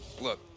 look